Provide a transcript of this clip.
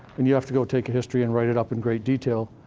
and you have to go take a history and write it up in great detail,